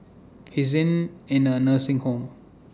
he is in in A nursing home